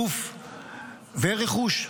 גוף ורכוש.